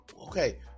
okay